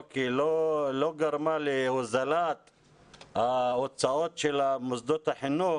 לא גרמה להוזלת ההוצאות של מוסדות החינוך,